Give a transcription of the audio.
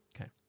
Okay